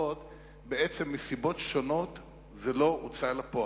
בעצם מסיבות שונות זה לא יצא אל הפועל.